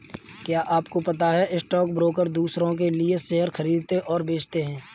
क्या आपको पता है स्टॉक ब्रोकर दुसरो के लिए शेयर खरीदते और बेचते है?